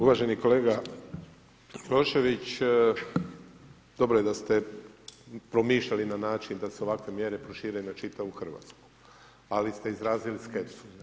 Uvaženi kolega Milošević, dobro je da ste promišljali na način da se ovakve mjere prošire na čitavu Hrvatsku, ali ste izrazili skepsu.